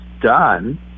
done